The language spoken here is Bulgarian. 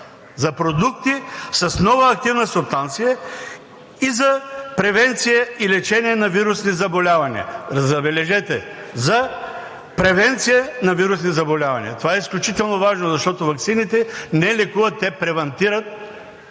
за продукти с нова активна субстанция и за превенция и лечение на вирусни заболявания.“ Забележете – за превенция на вирусни заболявания! Това е изключително важно, защото ваксините не лекуват, те превантират